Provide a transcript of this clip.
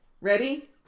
Ready